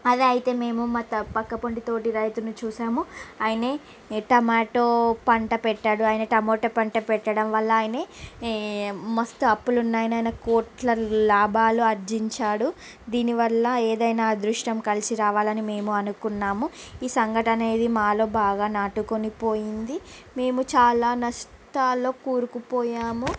అది అయితే మేము మా పక్క పంట తోటి రైతుని చూసాము ఆయన టమోట పంట పెట్టాడు ఆయన టమోటో పంట పెట్టడం వల్ల ఆయన మస్తు అప్పులు ఉన్నా ఆయన కోట్ల లాభాలు ఆర్జించాడు దీనివల్ల ఏదైనా అదృష్టం కలిసి రావాలని మేము అనుకున్నాము ఈ సంఘటన అనేది మాలో బాగా నాటుకొనిపోయింది మేము చాలా నష్టాలలో కూరుకుపోయాము